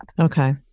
Okay